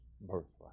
birthright